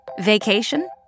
Vacation